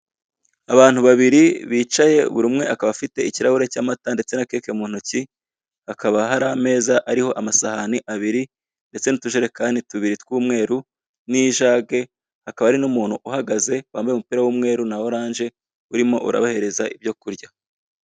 Abantu babiri bicaye buri umwe akaba afite ikirahure cy'amata ndetse na keke mu ntoki hakaba hari ameza ariho amasahani abiri ndetse n'utujerekani tubiri tw'umweru n'ijage hakaba hari n'umuntu uhagaze wambaye umupira w'umweru na oranje urimo urabahereza ibyo kurya.